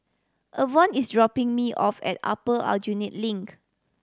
Avon is dropping me off at Upper Aljunied Link